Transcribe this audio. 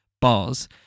bars